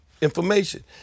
information